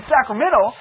Sacramento